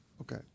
Okay